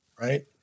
right